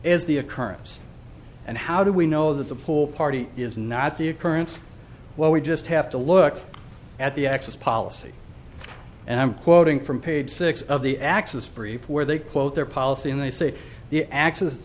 as the occurrence and how do we know that the pool party is not the occurrence what we just have to look at the access policy and i'm quoting from page six of the axis brief where they quote their policy and they say the axis